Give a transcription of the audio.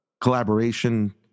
collaboration